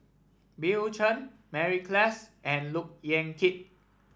Bill Chen Mary Klass and Look Yan Kit